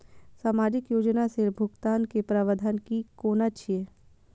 सामाजिक योजना से भुगतान के प्रावधान की कोना छै?